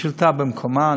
השאילתה במקומה.